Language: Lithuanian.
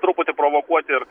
truputį provokuot ir